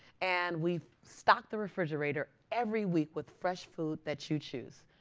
and we've stocked the refrigerator every week with fresh food that you choose.